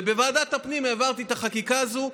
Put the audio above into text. ובוועדת הפנים העברתי את החקיקה הזאת.